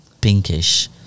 pinkish